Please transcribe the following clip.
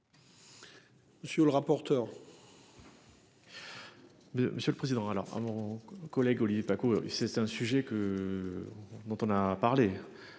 Monsieur le rapporteur. Monsieur le Président, alors à mon collègue Olivier Paccaud. C'est, c'est un sujet que. Dont on a parlé.